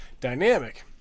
dynamic